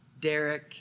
Derek